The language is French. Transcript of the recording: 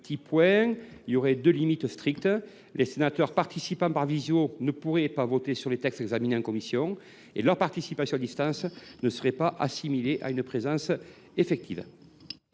Nous prévoyons néanmoins deux limites strictes : les sénateurs participant par visioconférence ne pourraient pas voter sur les textes examinés en commission et leur participation à distance ne serait pas assimilée à une présence effective.